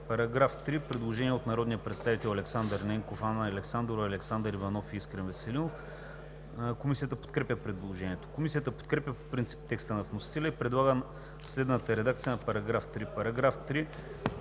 По § 3 има предложение от народните представители Александър Ненков, Анна Александрова, Александър Иванов и Искрен Веселинов. Комисията подкрепя предложението. Комисията подкрепя по принцип текста на вносителя и предлага следната редакция на § 3: „§ 3.